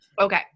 Okay